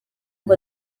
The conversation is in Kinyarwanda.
ngo